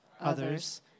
others